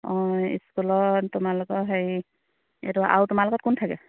অঁ স্কুলত তোমালোকৰ হেৰি এইটো আৰু তোমাৰ লগত কোন থাকে